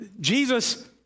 Jesus